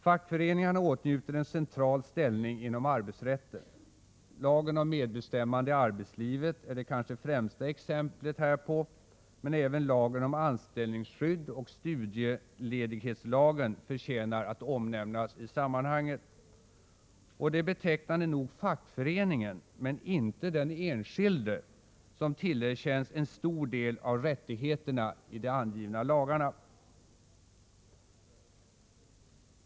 Fackföreningarna åtnjuter en central ställning inom arbetsrätten. Lagen om medbestämmande i arbetslivet är det kanske främsta exemplet härpå, men även lagen om anställningsskydd och studieledighetslagen förtjänar att omnämnas i sammanhanget. Det är betecknande nog fackföreningen men inte den enskilde som tillerkänns en stor del av rättigheterna i de angivna lagarna.